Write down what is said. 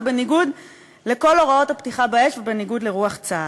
ובניגוד לכל הוראות הפתיחה ובניגוד לרוח צה"ל.